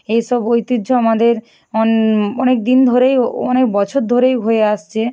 এইসব ঐতিহ্য আমাদের অনেকদিন ধরেই অনেক বছর ধরেই হয়ে আসছে